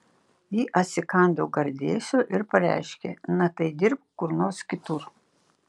ji atsikando gardėsio ir pareiškė na tai dirbk kur nors kitur